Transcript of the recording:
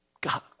God